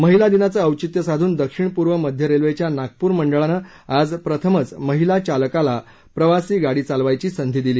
महिला दिनाचं औचित्य साधून दक्षिण पूर्व मध्य रेल्वेच्या नागपूर मंडळानं आज प्रथमच महिला चालकाला प्रवासी गाडी चालवायची संधी दिली